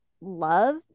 love